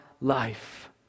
life